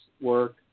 work